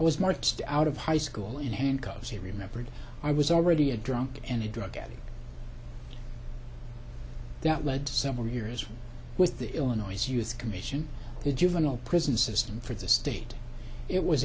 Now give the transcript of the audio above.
he was marched out of high school in handcuffs he remembered i was already a drunk and a drug addict that led to several years with the illinois youth commission the juvenile prison system for the state it was